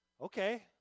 okay